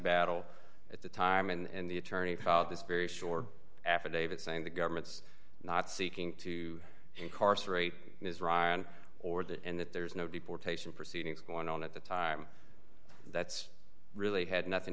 battle at the time and the attorney filed this very short affidavit saying the government's not seeking to incarcerate ms ryan or that and that there is no deportation proceedings going on at the time that's really had nothing